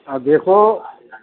دیکھو